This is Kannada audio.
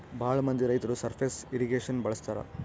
ಭಾಳ ಮಂದಿ ರೈತರು ಸರ್ಫೇಸ್ ಇರ್ರಿಗೇಷನ್ ಬಳಸ್ತರ